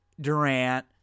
Durant